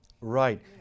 Right